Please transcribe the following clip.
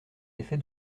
effet